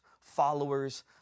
followers